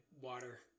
water